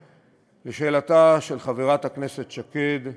לשאלתה של חברת הכנסת שקד,